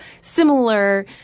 similar